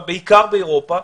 בעיקר באירופה,